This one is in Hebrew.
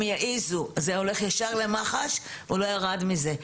יעזו זה הולך ישר למח"ש הוא לא ירד מזה.